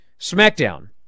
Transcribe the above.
SmackDown